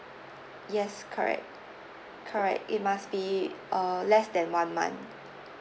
yes correct correct it must be err less than one month